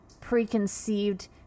preconceived